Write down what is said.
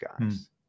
guys